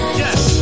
yes